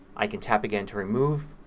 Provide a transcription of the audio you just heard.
i can tap again to remove.